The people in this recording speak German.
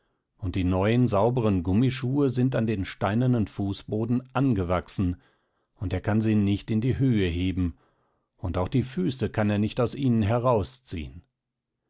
und die neuen sauberen gummischuhe sind an den steinernen fußboden angewachsen und er kann sie nicht in die höhe heben und auch die füße kann er nicht aus ihnen herausziehen